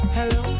Hello